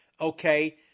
Okay